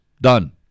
Done